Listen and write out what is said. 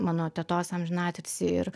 mano tetos amžiną atilsį ir